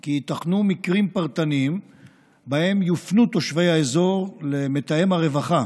כי ייתכנו מקרים פרטניים שבהם יופנו תושבי האזור למתאם הרווחה